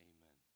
Amen